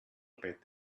about